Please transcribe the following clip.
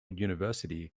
university